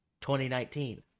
2019